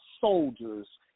soldiers